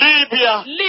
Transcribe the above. Libya